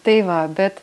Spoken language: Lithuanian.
tai va bet